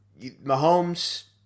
Mahomes